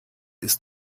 ist